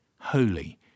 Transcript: Holy